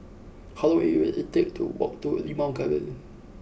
how long it will it take to walk to a Limau Garden